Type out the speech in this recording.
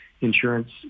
insurance